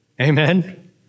Amen